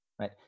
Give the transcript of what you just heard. right